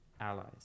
allies